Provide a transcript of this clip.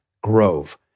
Grove